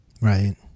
Right